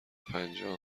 پنجاه